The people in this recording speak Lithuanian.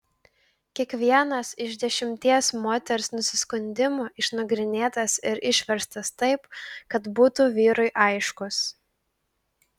kiekvienas iš dešimties moters nusiskundimų išnagrinėtas ir išverstas taip kad būtų vyrui aiškus